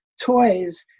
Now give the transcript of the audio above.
toys